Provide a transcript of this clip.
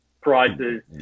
prices